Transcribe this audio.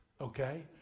Okay